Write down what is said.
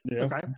Okay